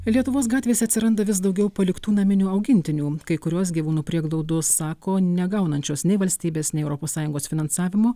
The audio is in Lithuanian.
lietuvos gatvėse atsiranda vis daugiau paliktų naminių augintinių kai kurios gyvūnų prieglaudos sako negaunančios nei valstybės nei europos sąjungos finansavimo